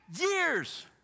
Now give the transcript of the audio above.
years